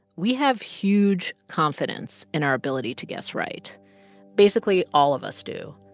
we have huge confidence in our ability to guess right basically all of us do,